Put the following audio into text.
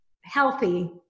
healthy